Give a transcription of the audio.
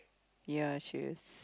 ya cheers